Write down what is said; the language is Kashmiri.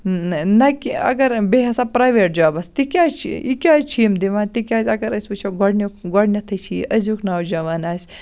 نہَ کہِ اگر بییٚہِ ہَسا پرٛایویٹ جابَس تِکیٛاز چھِ یہِ کیٛازِ چھِ یِم دِوان تِکیٛازِ اگر أسۍ وُچھو گۄڈنیُک گۄڈنیٚتھٕے چھِ یہِ أزیُک نوجَوان اَز